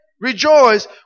rejoice